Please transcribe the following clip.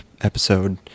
episode